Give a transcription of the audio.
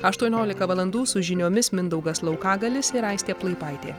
aštuoniolika valandų su žiniomis mindaugas laukagalius ir aistė plaipaitė